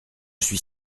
suis